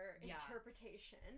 interpretation